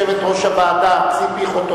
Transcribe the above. כן.